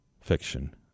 Fiction